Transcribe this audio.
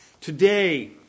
today